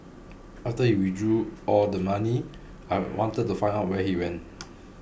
after he withdrew all the money I wanted to find out where he went